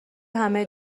همه